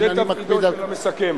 זה תפקידו של המסכם.